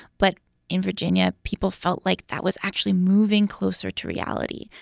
but in virginia, people felt like that was actually moving closer to reality,